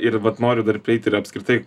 ir vat noriu dar prieit ir apskritai